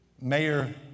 Mayor